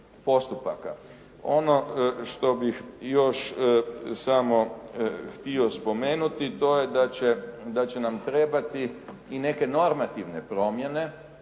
Ono što bih još samo htio spomenuti, to je da će nam trebati i neke normativne promjene